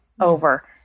Over